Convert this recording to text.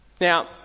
Now